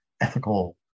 ethical